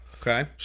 Okay